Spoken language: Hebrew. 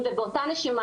לא פשוט.